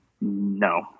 no